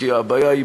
כי הבעיה היא